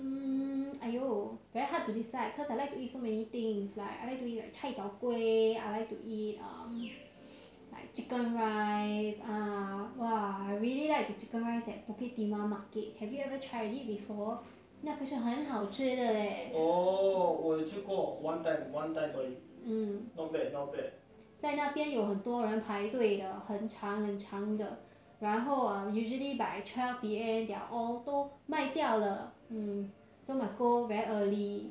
mm !aiyo! very hard to decide cause I like to eat so many things like I like to eat like cai tao kway I like to eat um like chicken rice uh !wah! I really like the chicken rice at bukit timah market have you ever tried it before 那个是很好吃的 leh mm 在那边有很多人排队的很长很长的然后 I usually by twelve P_M they are all 都卖掉了 mm so must go very early